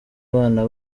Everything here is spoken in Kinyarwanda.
abana